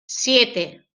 siete